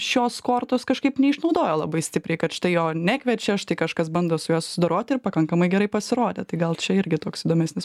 šios kortos kažkaip neišnaudojo labai stipriai kad štai jo nekviečia štai kažkas bando su juo susidoroti ir pakankamai gerai pasirodė tai gal čia irgi toks įdomesnis